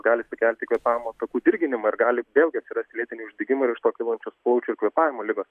gali sukelti kvėpavimo takų dirginimą ir gali vėlgi atsirast lėtiniai uždegimai ir iš tokio kylančios plaučių ir kvėpavimo ligos